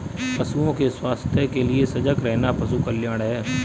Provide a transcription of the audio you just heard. पशुओं के स्वास्थ्य के लिए सजग रहना पशु कल्याण है